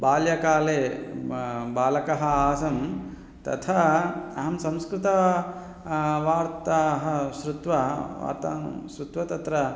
बाल्यकाले मा बालकः आसं तथा अहं संस्कृतवार्ताः श्रुत्वा वार्तां श्रुत्वा तत्र